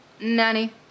nanny